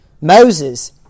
Moses